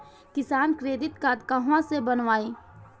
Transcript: किसान credit card कहवा से बनवाई?